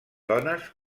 dones